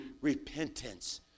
Repentance